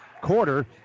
quarter